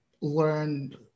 learned